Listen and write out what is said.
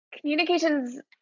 Communication's